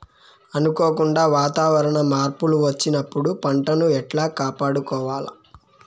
అనుకోకుండా వాతావరణ మార్పులు వచ్చినప్పుడు పంటను ఎట్లా కాపాడుకోవాల్ల?